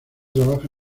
trabaja